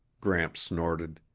gramps snorted.